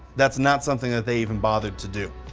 that's not something that they even bothered to do.